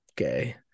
okay